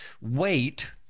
wait